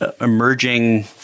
emerging